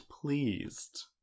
pleased